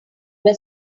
were